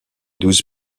douze